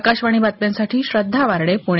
आकाशवाणी बातम्यांसाठी श्रद्धा वार्डे पुणे